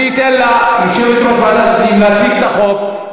אני אתן ליושבת-ראש ועדת הפנים להציג את החוק,